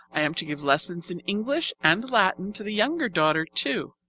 i am to give lessons in english and latin to the younger daughter, too,